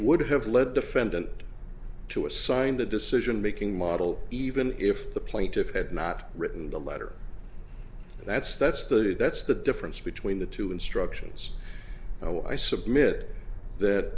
would have led defendant to assign the decision making model even if the plaintiff had not written the letter that's that's the that's the difference between the two instructions now i submit that